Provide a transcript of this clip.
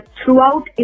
throughout